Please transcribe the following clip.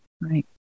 Right